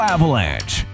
Avalanche